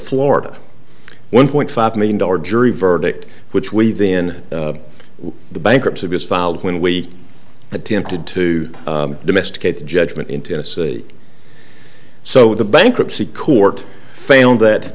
florida one point five million dollar jury verdict which we then the bankruptcy was filed when we attempted to domesticate judgment in tennessee so the bankruptcy court found that